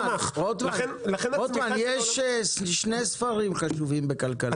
--- רוטמן, יש שני ספרים חשובים בכלכלה.